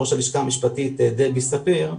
דבי ספיר,